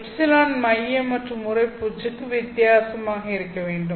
ε மையம் மற்றும் உறைப்பூச்சுக்கு வித்தியாசமாக இருக்க வேண்டும்